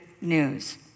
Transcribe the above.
news